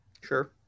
Sure